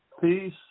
peace